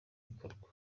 bikorwa